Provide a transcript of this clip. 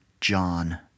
John